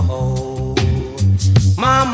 Mama